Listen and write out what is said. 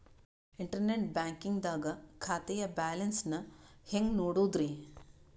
Internet banking ದಾಗ ಖಾತೆಯ balance ನ ಹೆಂಗ್ ನೋಡುದ್ರಿ?